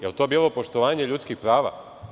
Da li je to bilo poštovanje ljudskih prava?